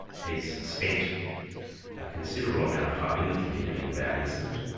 he's spent a considerable amount of time in the community, without incident.